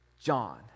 John